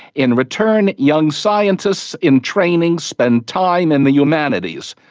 in return, young scientists in training spend time in the humanities.